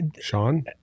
Sean